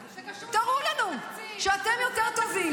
זה קשור --- זה קשור לתקציב --- תראו לנו שאתם יותר טובים,